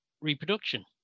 reproduction